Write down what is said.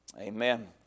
amen